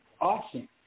Awesome